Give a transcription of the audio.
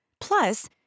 Plus